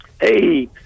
hey